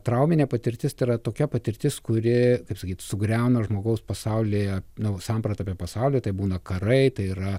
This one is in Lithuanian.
trauminė patirtis tai yra tokia patirtis kuri kaip sakyt sugriauna žmogaus pasaulyje nu sampratą apie pasaulį tai būna karai tai yra